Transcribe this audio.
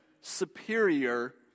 superior